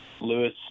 Lewis